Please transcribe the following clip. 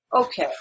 Okay